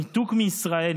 הניתוק מישראל,